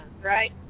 right